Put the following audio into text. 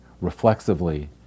reflexively